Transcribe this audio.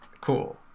cool